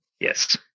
Yes